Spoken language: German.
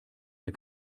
der